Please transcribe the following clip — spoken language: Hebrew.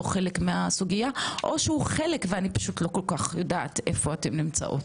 חלק מהסוגיה או שהוא חלק ואני פשוט לא כל כך יודעת איפה אתן נמצאות.